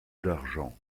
d’argent